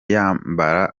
yambara